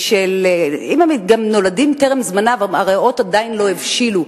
אם הם גם נולדים טרם זמנם הריאות עדיין לא הבשילו,